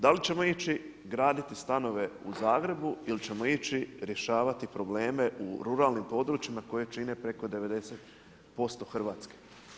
Da li ćemo ići graditi stanove u Zagrebu ili ćemo ići rješavati probleme u ruralnim područjima koji čine preko 90% Hrvatske.